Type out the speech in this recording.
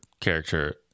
character